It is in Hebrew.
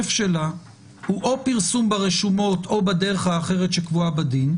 הוא או פרסום ברשומות או בדרך האחרת שקבועה בדין,